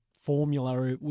formula